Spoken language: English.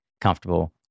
comfortable